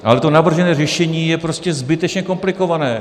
Ale to navržené řešení je prostě zbytečně komplikované.